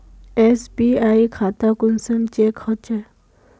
SBI खाता कुंसम check होचे?